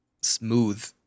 smooth